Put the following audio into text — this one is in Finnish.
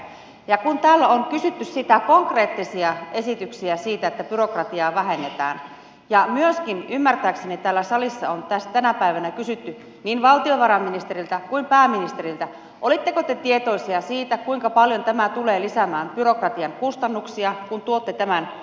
ja kun täällä on kysytty niitä konkreettisia esityksiä siitä että byrokratiaa vähennetään ja myöskin ymmärtääkseni täällä salissa on tänä päivänä kysytty niin valtiovarainministeriltä kuin pääministeriltä niin oletteko te tietoisia siitä kuinka paljon tämä tulee lisäämään byrokratian kustannuksia kun tuotte tämän esityksen